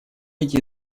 эти